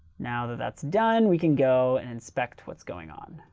now that that's done, we can go and inspect what's going on.